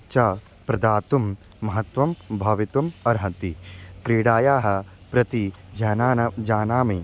च प्रदातुं महत्त्वं भवितुम् अर्हति क्रीडायाः प्रति जनानां जानामि